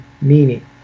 meaning